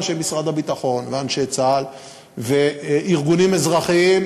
אנשי משרד הביטחון ואנשי צה"ל וארגונים אזרחיים,